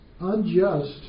unjust